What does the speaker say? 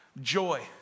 joy